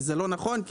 וזה לא נכון,